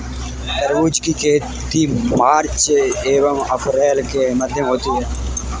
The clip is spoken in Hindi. तरबूज की खेती मार्च एंव अप्रैल के मध्य होती है